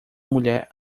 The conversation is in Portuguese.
mulher